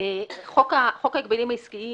חוק ההגבלים העסקיים